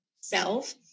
self